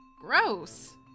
Gross